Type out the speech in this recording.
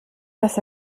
dass